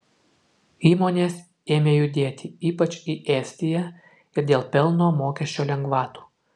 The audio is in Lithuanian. įmonės ėmė judėti ypač į estiją ir dėl pelno mokesčio lengvatų